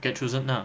get chosen ah